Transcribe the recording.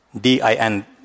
D-I-N